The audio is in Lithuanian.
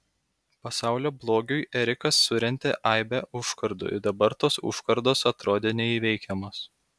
pasaulio blogiui erikas surentė aibę užkardų ir dabar tos užkardos atrodė neįveikiamos